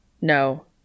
No